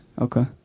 Okay